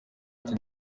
ati